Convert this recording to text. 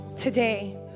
today